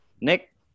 nick